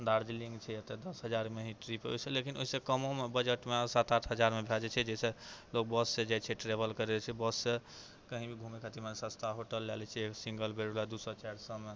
दार्जलिङ्ग छै एतय दस हजारमे ही ट्रिप होइ छै लेकिन ओहिसँ कमोमे बजटमे सात आठ हजारमे भऽ जाइ छै जैसे लोक बससँ जाइ छै ट्रैवल करै छै बससँ कहीं भी घुमै खातिर सस्ता होटल लए लै छै सिङ्गल बेडवला दू सय चारि सएमे